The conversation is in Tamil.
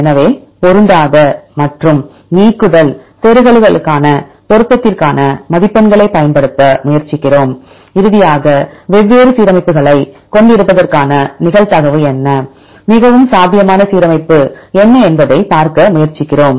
எனவே பொருந்தாத மற்றும் நீக்குதல் செருகல்களுக்கான பொருத்தத்திற்கான மதிப்பெண்களைப் பயன்படுத்த முயற்சிக்கிறோம் இறுதியாக வெவ்வேறு சீரமைப்புகளைக் கொண்டிருப்பதற்கான நிகழ்தகவு என்ன மிகவும் சாத்தியமான சீரமைப்பு என்ன என்பதைப் பார்க்க முயற்சிக்கிறோம்